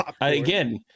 Again